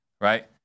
Right